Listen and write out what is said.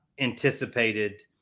anticipated